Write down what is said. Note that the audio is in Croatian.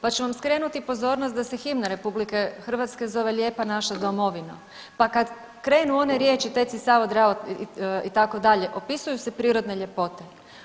Pa ću vam skrenuti pozornost da se himna RH zove „Lijepa naša domovino“ pa kad krenu one riječi „teci Savo, Dravo“ itd., opisuju se prirodne ljepote.